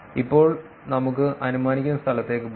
ഇപ്പോൾ നമുക്ക് അനുമാനിക്കുന്ന സ്ഥലത്തേക്ക് പോകാം